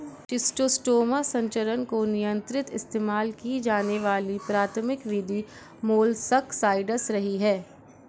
schistosoma संचरण को नियंत्रित इस्तेमाल की जाने वाली प्राथमिक विधि मोलस्कसाइड्स रही है